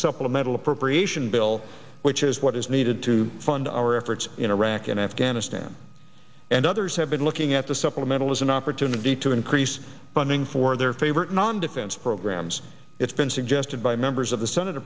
supplemental appropriation bill which is what is needed to fund our efforts in iraq and afghanistan and others have been looking at the supplemental as an opportunity to increase funding for their favorite non defense programs it's been suggested by members of the senate